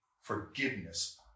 forgiveness